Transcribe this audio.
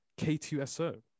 K2SO